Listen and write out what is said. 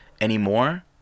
anymore